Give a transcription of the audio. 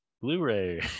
blu-ray